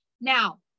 Now